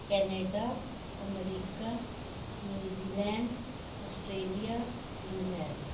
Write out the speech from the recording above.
Canada America New Zealand Australia England